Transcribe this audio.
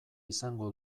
izango